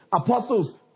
Apostles